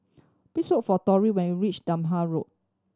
please look for Torie when you reach Durham Road